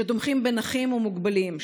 שתומכים בנכים ובמוגבלים,